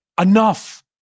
enough